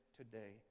today